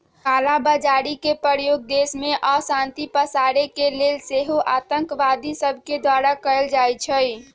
कला बजारी के प्रयोग देश में अशांति पसारे के लेल सेहो आतंकवादि सभके द्वारा कएल जाइ छइ